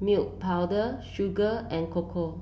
milk powder sugar and cocoa